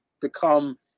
become